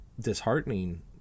disheartening